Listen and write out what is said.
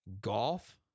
golf